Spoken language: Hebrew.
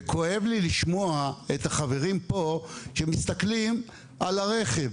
וכואב לי לשמוע את החברים פה שמסתכלים על הרכב.